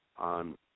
on